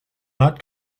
not